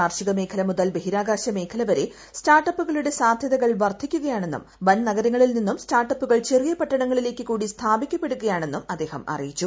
കാർഷിക മേഖല മുതൽ ബഹിരാകാശ മേഖല വരെ സ്റ്റാർട്ടപ്പുകളുടെ സാധ്യതകൾ വർധിക്കുകയാണെന്നും വൻ നഗരങ്ങളിൽ നിന്നും സ്റ്റാർട്ടപ്പുകൾ ചെറിയ പട്ടണങ്ങളിലേക്ക് കൂടി സ്ഥാപിക്കപ്പെടുകയാണെന്നും അദ്ദേഹം അറിയിച്ചു